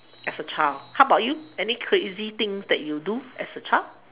as a child how about you any crazy things that you do as a child